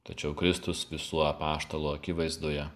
tačiau kristus visų apaštalų akivaizdoje